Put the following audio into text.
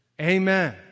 Amen